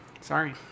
Sorry